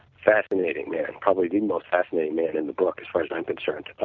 fascinating man, and probably the most fascinating man in the book as far as i'm concerned.